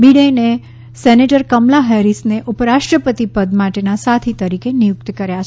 બિડેને senator Kamala હેરિસને ઉપરાષ્ટ્રપતિ પદ માટેના સાથી તરીકે નિયુક્ત કર્યા છે